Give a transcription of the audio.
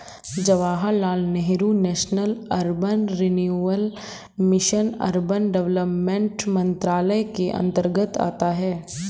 Jawaharlal Nehru national urban renewal mission urban development मंत्रालय के अंतर्गत आता है